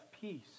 peace